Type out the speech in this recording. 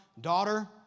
daughter